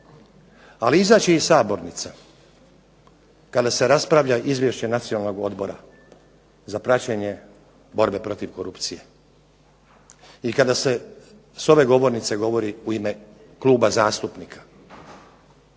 ali izaći iz sabornice kada se raspravlja Izvješće Nacionalnog odbora za praćenje borbe protiv korupcije i kada se s ove govornice govori u ime kluba zastupnika